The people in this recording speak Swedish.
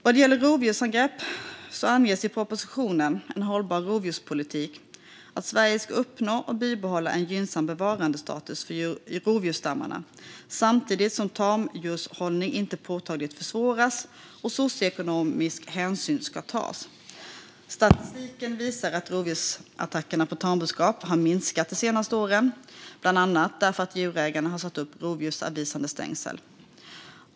Vad gäller rovdjursangrepp anges i propositionen En hållbar rovdjurspolitik att Sverige ska uppnå och bibehålla en gynnsam bevarandestatus för rovdjursstammarna samtidigt som tamdjurshållning inte påtagligt försvåras och socioekonomisk hänsyn ska tas. Statistiken visar att rovdjursattackerna på tamboskap har minskat de senaste åren, bland annat därför att djurägare har satt upp rovdjursavvisande stängsel.